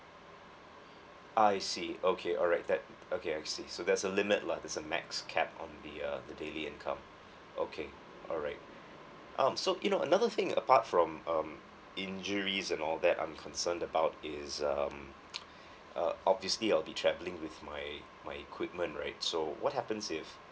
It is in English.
I see okay alright that okay I see so there's a limit lah there's a max cap on the uh the daily income okay alright um so you know another thing apart from um injuries and all that I'm concerned about is um uh obviously I'll be travelling with my my equipment right so what happens if